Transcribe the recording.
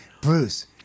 Bruce